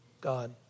God